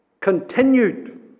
continued